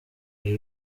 ibi